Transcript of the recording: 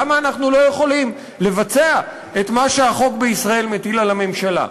למה אנחנו לא יכולים לבצע את מה שהחוק בישראל מטיל על הממשלה?